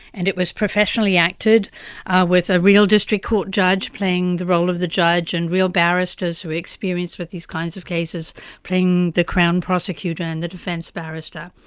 and it was professionally acted with a real district court judge playing the role of the judge and real barristers who are experienced with these kinds of cases playing the crown prosecutor and the defence barrister.